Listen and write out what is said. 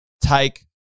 take